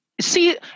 See